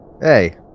Hey